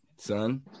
Son